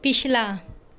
ਪਿਛਲਾ